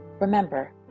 remember